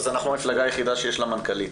אז אנחנו המפלגה היחידה שיש לה מנכ"לית.